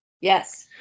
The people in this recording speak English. Yes